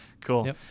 Cool